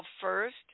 first